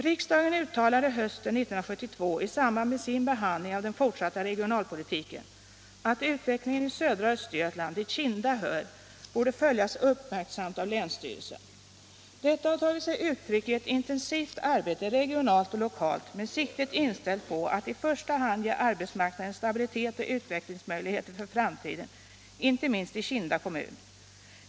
Riksdagen uttalade hösten 1972 i samband med sin behandling av den fortsatta regionalpolitiken att utvecklingen i södra Östergötland, dit Kinda hör, borde följas uppmärksamt av länsstyrelsen. Detta har tagit sig uttryck i ett intensivt arbete regionalt och lokalt med siktet inställt på att i första hand ge arbetsmarknaden stabilitet och utvecklingsmöjligheter för framtiden, inte minst i Kinda kommun.